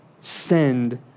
send